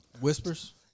Whispers